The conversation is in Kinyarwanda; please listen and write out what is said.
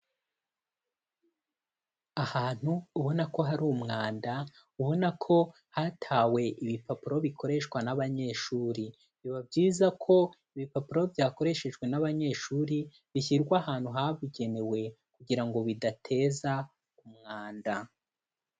Ahantu ubona ko hari umwanda ubona ko hatawe ibipapuro bikoreshwa n'abanyeshuri, biba byiza ko ibipapuro byakoreshejwe n'abanyeshuri bishyirwa ahantu habugenewe kugira ngo bidateza umwanda.